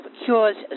cures